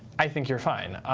i think you're fine.